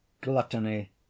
Gluttony